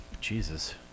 Jesus